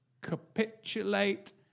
capitulate